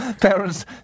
Parents